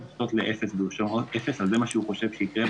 לאפס --- אז זה מה שהוא חושב שיקרה,